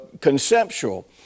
conceptual